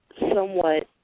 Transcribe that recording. somewhat